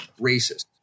racist